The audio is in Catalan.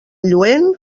lluent